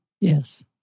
Yes